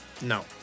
No